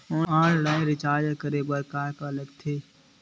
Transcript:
Online recharge करे बर का का करे ल लगथे?